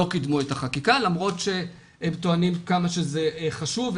קידמו את החקיקה למרות שהם טוענים כמה שזה חשוב,